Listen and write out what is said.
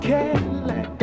Cadillac